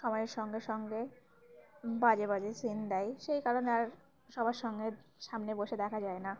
সময়ের সঙ্গে সঙ্গে বাজে বাজে সিন দেয় সেই কারণে আর সবার সঙ্গে সামনে বসে দেখা যায় না